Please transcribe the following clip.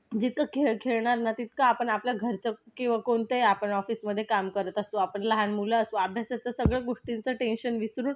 जितकं खेळ खेळणार ना तितकं आपण आपल्या घरचं किंवा कोणत्याही आपण ऑफिसमध्ये काम करत असू आपण लहान मुलं असू अभ्यासाचं सगळं गोष्टींचं टेन्शन विसरून